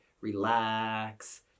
relax